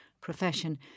profession